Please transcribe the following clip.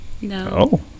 No